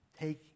Take